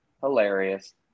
Hilarious